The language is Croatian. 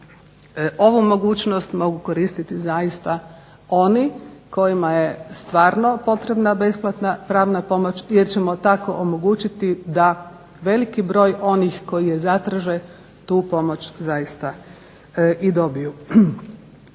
ovu mogućnost mogu koristiti zaista oni kojima je stvarno potrebna besplatna pravna pomoć jer ćemo tako omogućiti da veliki broj onih koji je zatraže tu pomoć zaista i dobiju.